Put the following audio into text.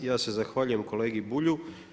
Pa ja se zahvaljujem kolegi Bulju.